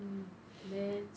mm then